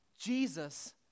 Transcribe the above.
Jesus